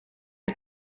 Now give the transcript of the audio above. est